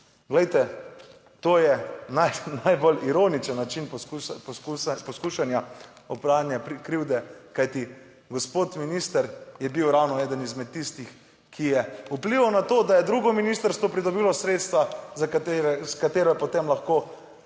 Glejte, to je najbolj ironičen način poskusa poskušanja pranja krivde, kajti gospod minister je bil ravno eden izmed tistih, ki je vplival na to, da je drugo ministrstvo pridobilo sredstva, za katero je potem lahko